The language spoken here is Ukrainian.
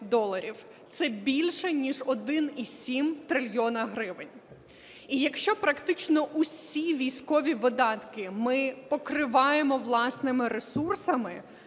це більше ніж 1,7 трильйона гривень. І якщо практично всі військові видатки ми покриваємо власними ресурсами: